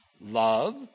love